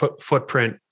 footprint